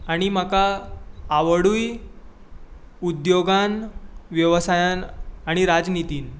आनी म्हाका आवडूय उद्द्योगांत वेवसायांत आनी राजनितींत